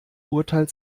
urteil